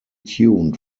tuned